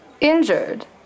Injured